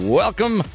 welcome